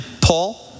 Paul